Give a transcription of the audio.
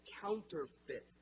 counterfeit